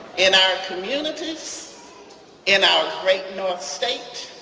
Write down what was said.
in our communities in our great north state